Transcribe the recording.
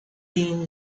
bean